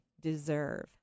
deserve